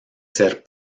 ser